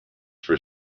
for